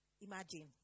Imagine